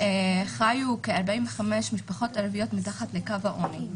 חיו כ-45,000 משפחות ערביות מתחת לקו העוני,